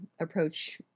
approach